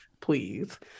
please